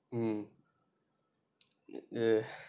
mm ya